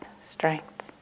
strength